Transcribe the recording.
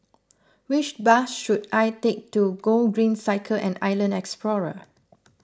which bus should I take to Gogreen Cycle and Island Explorer